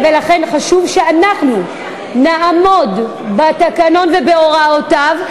ולכן חשוב שאנחנו נעמוד בתקנון ובהוראותיו.